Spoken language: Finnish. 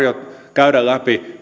käydä läpi